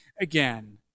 again